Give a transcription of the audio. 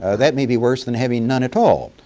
ah that may be worse then having none at all.